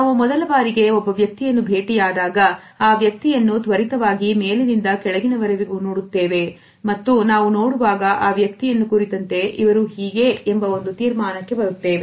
ನಾವು ಮೊದಲ ಬಾರಿಗೆ ಒಬ್ಬ ವ್ಯಕ್ತಿಯನ್ನು ಭೇಟಿಯಾದಾಗ ಆ ವ್ಯಕ್ತಿಯನ್ನು ತ್ವರಿತವಾಗಿ ಮೇಲಿನಿಂದ ಕೆಳಗಿನವರೆಗೂ ನೋಡುತ್ತೇವೆ ಮತ್ತು ನಾವು ನೋಡುವಾಗ ಆ ವ್ಯಕ್ತಿಯನ್ನು ಕುರಿತಂತೆ ಇವರು ಹೀಗೆ ಎಂಬ ಒಂದು ತೀರ್ಮಾನಕ್ಕೆ ಬರುತ್ತೇವೆ